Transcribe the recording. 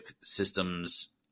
systems